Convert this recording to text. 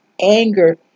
anger